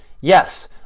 Yes